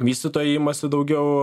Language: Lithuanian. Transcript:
vystytojai imasi daugiau